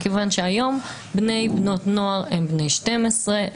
מכיוון שהיום בני ובנות נוער הם בני 12,